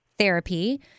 therapy